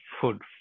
food